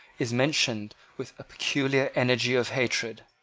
is mentioned with a peculiar energy of hatred.